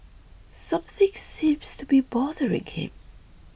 something seems to be bothering him